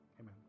Amen